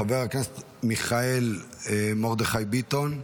חבר הכנסת מיכאל מרדכי ביטון,